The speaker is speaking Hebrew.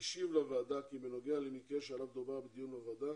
השיב לוועדה כי בנוגע למקרה עליו דובר בדיון הוועדה,